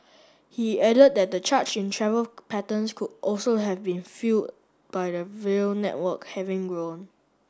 he added that the charge in travel patterns could also have been fuel by the rail network having grown